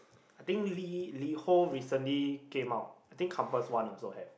I think Li~ Liho recently came out I think campus one also have